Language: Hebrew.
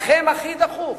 לכם הכי דחוף,